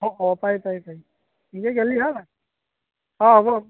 অঁ অঁ পায় পায় পায় নিজে গ'লেই হ'ল আৰু অঁ হ'ব